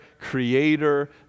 creator